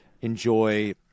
enjoy